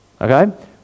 Okay